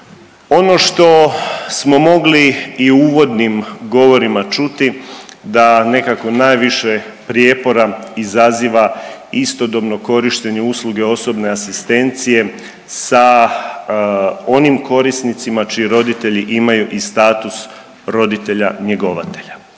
Ono što smo mogli i u uvodnim govorima čuti da nekako najviše prijepora izaziva istodobno korištenje usluge osobne asistencije sa onim korisnicima čiji roditelji imaju i status roditelja njegovatelja.